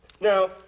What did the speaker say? Now